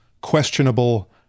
questionable